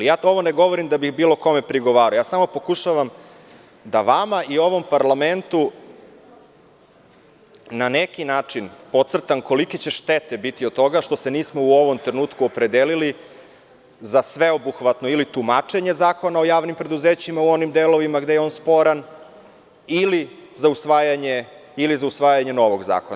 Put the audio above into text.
Ovo ne govorim da bi bilo kome prigovarao, samo pokušavam da vama i ovom parlamentu na neki način pocrtam kolike će štete biti od toga što se nismo u ovom trenutku opredelili za sveobuhvatno tumačenje Zakona o javnim preduzećima u onim delovima gde je on sporan ili za usvajanje novog zakona.